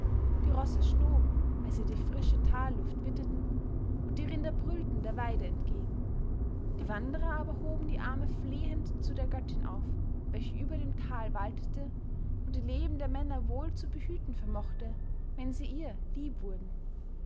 die rosse schnoben als sie die frische talluft witterten und die rinder brüllten der weide entgegen die wanderer aber hoben die arme flehend zu der göttin auf welche über dem tal waltete und die leben der männer wohl zu behüten vermochte wenn sie ihr lieb wurden